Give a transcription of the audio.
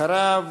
אחריו,